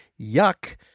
Yuck